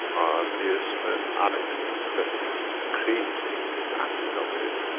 our dearest friend alexz is testing crazy things in africa with it.